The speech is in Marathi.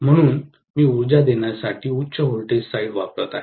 म्हणून मी उर्जा देण्यासाठी उच्च व्होल्टेज साइड वापरत आहे